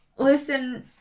Listen